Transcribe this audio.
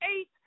eight